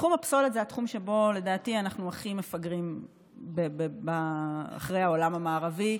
תחום הפסולת זה התחום שבו לדעתי אנחנו הכי מפגרים אחרי העולם המערבי,